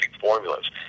formulas